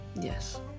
yes